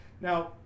Now